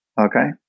okay